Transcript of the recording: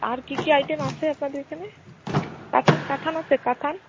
আর কী কী আইটেম আছে আপনাদের এখানে কাতান কাতান আছে কাতান